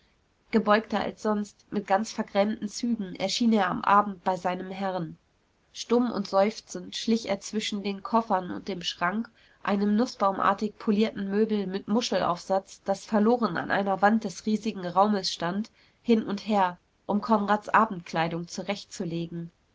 gebeugter als sonst mit ganz vergrämten zügen erschien er am abend bei seinem herrn stumm und seufzend schlich er zwischen den koffern und dem schrank einem nußbaumartig polierten möbel mit muschelaufsatz das verloren an einer wand des riesigen raumes stand hin und her um konrads abendkleidung zurecht